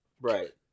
right